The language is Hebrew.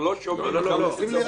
אבל אם אנחנו בשנה ה-11,